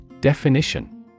Definition